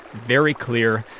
very clear,